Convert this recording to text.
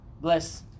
bless